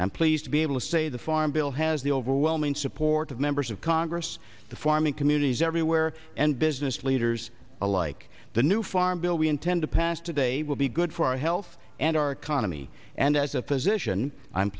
and pleased to be able to say the farm bill has the overwhelming support of members of congress the farming communities everywhere and business leaders alike the new farm bill we intend to pass today will be good for our health and our economy and as a physician i'm